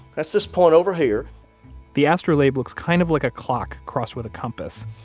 that's this point over here the astrolabe looks kind of like a clock crossed with a compass.